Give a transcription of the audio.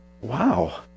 Wow